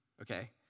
Okay